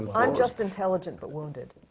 ah i'm just intelligent but wounded.